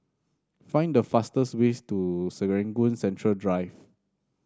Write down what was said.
find the fastest ways to Serangoon Central Drive